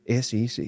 SEC